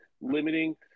limiting